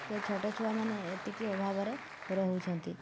ତ ଛୋଟ ଛୁଆମାନେ ଏତିକି ଅଭାବରେ ରହୁଛନ୍ତି